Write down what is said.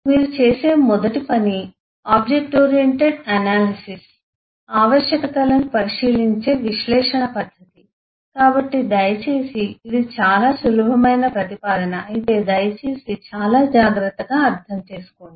మీరు చేసే మొదటి పని ఆబ్జెక్ట్ ఓరియెంటెడ్ అనాలిసిస్ ఆవశ్యకతలను పరిశీలించే విశ్లేషణ పద్ధతి కాబట్టి దయచేసి ఇది చాలా సులభమైన ప్రతిపాదన అయితే దయచేసి చాలా జాగ్రత్తగా అర్థం చేసుకోండి